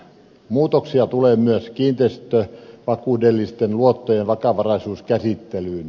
muutoksia tulee myös kiinteistövakuudellisten luottojen vakavaraisuuskäsittelyyn